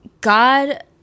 God